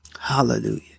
Hallelujah